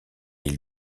ils